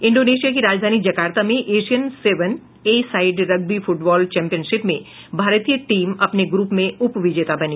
Indonesia की राजधानी Jakarta में Asian seven a side rugby football championship में भारतीय टीम अपने ग्रुप में उपविजेता बनी